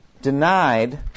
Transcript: denied